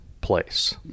place